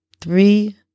three